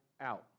out